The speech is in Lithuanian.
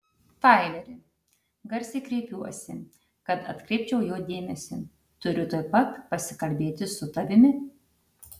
taileri garsiai kreipiuosi kad atkreipčiau jo dėmesį turiu tuoj pat pasikalbėti su tavimi